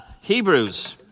Hebrews